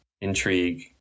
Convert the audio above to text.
intrigue